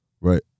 Right